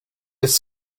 his